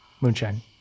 Moonshine